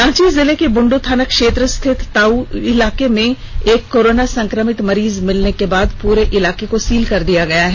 रांची जिले के बुंडू थाना क्षेत्र स्थित ताउ इलाके में एक कोरोना संक्रमित मरीज मिलने के बाद प्रे इलाके को सील कर दिया गया है